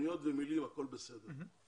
בתוכניות ובמילים, הכול בסדר.